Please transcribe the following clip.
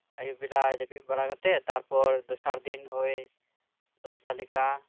ᱟᱭᱩᱵᱽ ᱵᱮᱞᱟ ᱡᱟᱯᱤᱜ ᱵᱟᱲᱟ ᱠᱟᱛᱮᱜ ᱛᱟᱨᱯᱚᱨ ᱫᱚᱥᱟᱨ ᱫᱤᱱ ᱳᱭ ᱫᱚᱥᱴᱟ ᱞᱮᱠᱟ